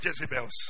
Jezebels